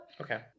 Okay